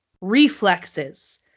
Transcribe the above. reflexes